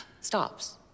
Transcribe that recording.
stops